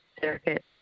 circuit